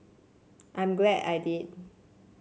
I'm glad I did